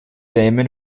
damon